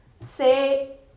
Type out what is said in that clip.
say